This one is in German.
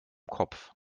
kopf